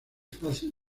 fácil